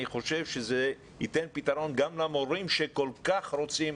אני חושב שזה ייתן פתרון גם למורים שכל כך רוצים,